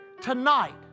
tonight